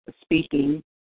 speaking